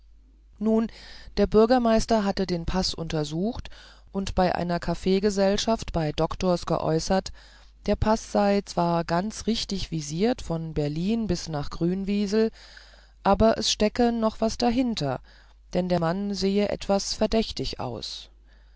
nun der bürgermeister hatte den paß untersucht und in einer kaffeegesellschaft bei doktors geäußert der paß sei zwar ganz richtig visiert von berlin bis nach grünwiesel aber es stecke doch was dahinter denn der mann sehe etwas verdächtig aus